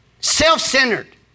Self-centered